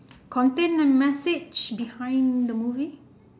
content and message behind the movie